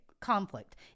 conflict